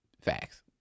Facts